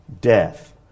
death